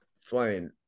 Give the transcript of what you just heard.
flying